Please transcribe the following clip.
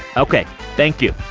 ok, thank you